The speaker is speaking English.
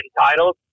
titles